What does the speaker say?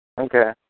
Okay